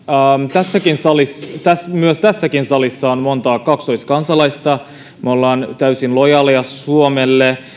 tässäkin salissa on monta kaksoiskansalaista me olemme täysin lojaaleja suomelle